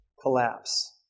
collapse